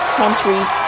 countries